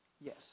Yes